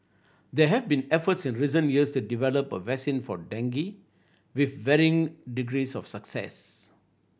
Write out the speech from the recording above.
there have been efforts in recent years to develop a vaccine for dengue with varying degrees of success